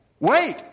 Wait